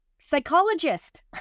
psychologist